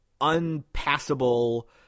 unpassable